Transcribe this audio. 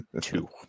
two